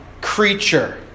creature